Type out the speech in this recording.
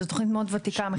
זו תכנית מאוד ותיקה.